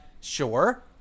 sure